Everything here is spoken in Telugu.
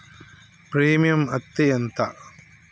ప్రీమియం అత్తే ఎంత?